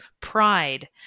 pride